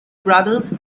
brothers